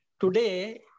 today